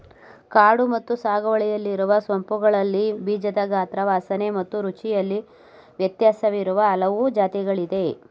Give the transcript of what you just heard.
ಕಾಡು ಮತ್ತು ಸಾಗುವಳಿಯಲ್ಲಿರುವ ಸೋಂಪುಗಳಲ್ಲಿ ಬೀಜದ ಗಾತ್ರ ವಾಸನೆ ಮತ್ತು ರುಚಿಯಲ್ಲಿ ವ್ಯತ್ಯಾಸವಿರುವ ಹಲವು ಜಾತಿಗಳಿದೆ